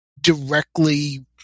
directly –